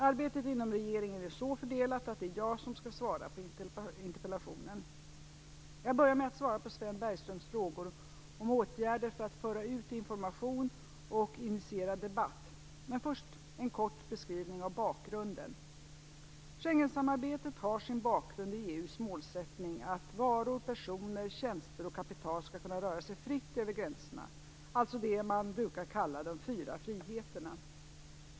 Arbetet inom regeringen är så fördelat att det är jag som skall svara på interpellationen. Jag börjar med att svara på Sven Bergströms frågor om åtgärder för att föra ut information och initiera debatt. Men först en kort beskrivning av bakgrunden. Schengensamarbetet har sin bakgrund i EU:s målsättning att varor, personer, tjänster och kapital skall kunna röra sig fritt över gränserna, alltså det man brukar kalla de fyra friheterna.